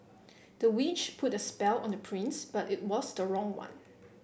the witch put a spell on the prince but it was the wrong one